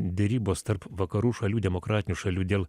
derybos tarp vakarų šalių demokratinių šalių dėl